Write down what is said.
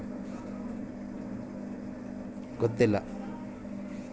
ಶೇಂಗಾ ಗಿಡದ ಎಲೆಗಳಲ್ಲಿ ನುಷಿ ಹುಳುಗಳನ್ನು ನಿಯಂತ್ರಿಸುವುದು ಹೇಗೆ?